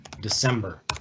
december